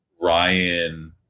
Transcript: Ryan